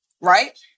right